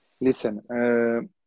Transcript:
listen